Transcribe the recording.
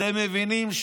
אתם מבינים?